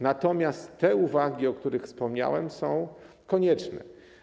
Natomiast te uwagi, o których wspomniałem, są konieczne.